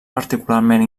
particularment